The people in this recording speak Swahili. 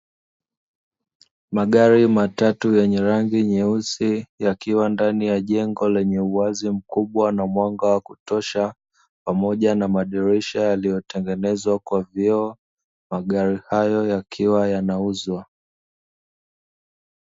Magari matatu yenye rangi nyeusi yakiwa ndani ya jengo lenye uwazi mkubwa na mwanga wa kutosha, pamoja na madirisha yaliyotengenezwa kwa vioo, magari hayo yakiwa yanauzwa.